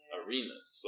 arenas